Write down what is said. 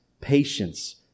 patience